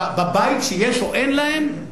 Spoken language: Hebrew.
בבית שיש או אין להם,